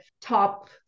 top